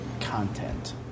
content